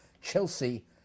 Chelsea